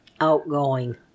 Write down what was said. outgoing